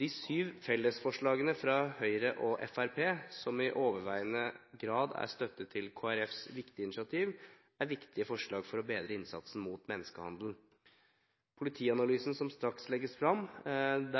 De syv fellesforslagene fra Høyre og Fremskrittspartiet, som i overveiende grad er støtte til Kristelig Folkepartis viktige initiativ, er viktige forslag for å bedre innsatsen mot menneskehandel. Når det gjelder politianalysen som straks legges frem,